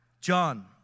John